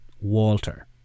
Walter